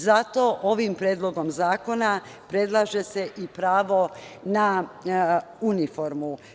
Zato ovim Predlogom zakona predlaže se i pravo na uniformu.